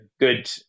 good